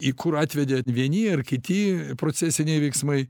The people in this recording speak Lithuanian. į kur atvedė vieni ar kiti procesiniai veiksmai